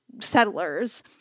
settlers